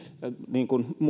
niin kuin